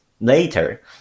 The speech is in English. Later